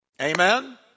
Amen